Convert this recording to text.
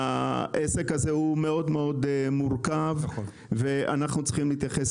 העסק הזה הוא מאוד מאוד מורכב ואנחנו צריכים להתייחס